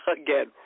again